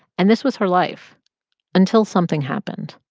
and this was her life until something happened.